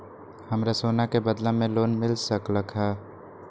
हमरा सोना के बदला में लोन मिल सकलक ह?